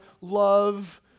love